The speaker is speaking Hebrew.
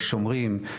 יש שומרים,